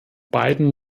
beiden